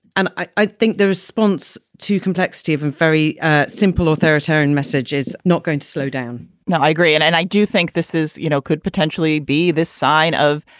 and i i think the response to complexity from and very ah simple authoritarian message is not going to slow down now, i agree and and i do think this is, you know, could potentially be the sign of,